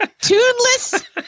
Tuneless